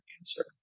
answer